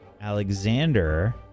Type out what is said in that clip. alexander